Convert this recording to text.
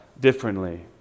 differently